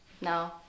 No